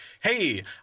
hey